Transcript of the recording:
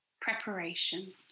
preparation